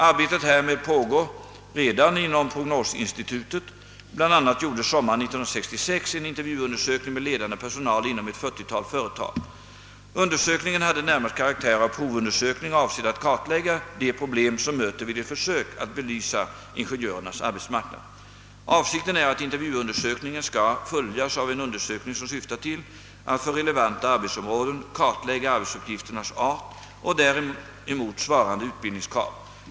Arbetet härmed pågår redan inom prognosinstitutet; bl.a. gjordes sommaren 1966 en intervjuundersökning med ledande personal inom ett 40-tal företag. Undersökningen hade närmast karaktär av provundersökning avsedd att kartlägga de problem som möter vid ett försök att belysa ingenjörernas arbetsmarknad. Avsikten är att intervjuundersökningen skall följas av en undersökning som syftar till att för relevanta arbetsområden kartlägga arbetsuppgifternas art och däremot svarande utbildningskrav.